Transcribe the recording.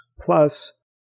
plus